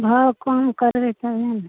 भाव कम करबै तबे ने